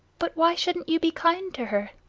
but why shouldn't you be kind to her?